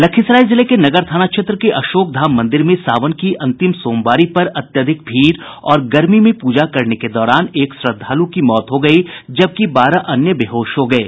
लखीसराय जिले के नगर थाना क्षेत्र के अशोकधाम मंदिर में सावन की अंतिम सोमवारी पर अत्यधिक भीड़ और गर्मी में पूजा करने के दौरान एक श्रद्धालु की मौत हो गयी जबकि बारह अन्य बेहोश हो गये